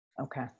Okay